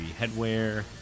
headwear